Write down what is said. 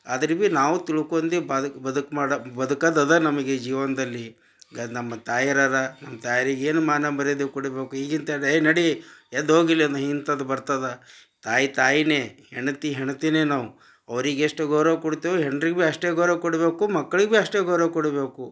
ಆದ್ರೂ ಭಿ ನಾವು ತಿಳ್ಕೊಂಡಿ ಬಾದಕ್ ಬದುಕ್ ಮಾಡ ಬದುಕದ್ ಅದ ನಮಗೆ ಜೀವನದಲ್ಲಿ ಈಗ ನಮ್ಮ ತಾಯವ್ರರ ನಮ್ಮ ತಾಯರಿಗೆ ಏನು ಮಾನ ಮರ್ಯಾದೆ ಕೊಡಬೇಕು ಈಗ ಇಂಥದ್ದೇ ಏ ನಡೆ ಎದ್ದು ಹೋಗು ಇಲ್ಲಿಂದ ಇಂತದ್ ಬರ್ತದೆ ತಾಯಿ ತಾಯಿಯೇ ಹೆಂಡ್ತಿ ಹೆಣ್ತಿಯೇ ನಾವು ಅವ್ರಿಗೆ ಎಷ್ಟು ಗೌರವ ಕೊಡ್ತ್ವೋ ಹೆಂಡ್ರಿಗೆ ಭಿ ಅಷ್ಟೇ ಗೌರವ ಕೊಡಬೇಕು ಮಕ್ಳಿಗೆ ಭಿ ಅಷ್ಟೇ ಗೌರವ ಕೊಡಬೇಕು